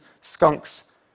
skunks